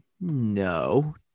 No